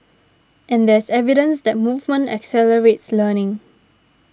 and there's evidence that movement accelerates learning